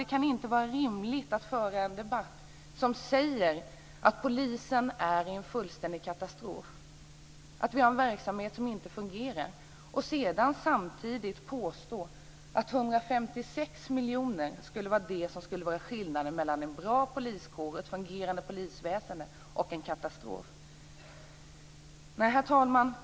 Det kan inte vara rimligt att föra en debatt om att polisväsendet befinner sig i en fullständig katastrof, att man har en verksamhet som inte fungerar, och samtidigt påstå att 156 miljoner skulle utgöra skillnaden mellan en bra poliskår, ett fungerande polisväsende, och en katastrof. Herr talman!